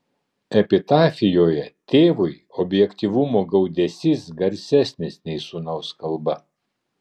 epitafijoje tėvui objektyvumo gaudesys garsesnis nei sūnaus kalba